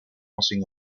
passing